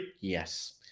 Yes